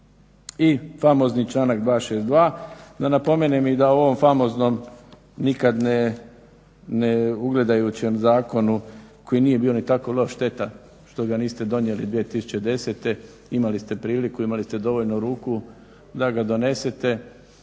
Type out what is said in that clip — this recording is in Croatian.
I famozni članak 262., da napomenem i da u ovom famoznom nikad neugledajućem zakonu koji nije bio ni tako loš, šteta što ga niste donijeli 2010., imali ste priliku, imali ste dovoljno ruku da ga donesete.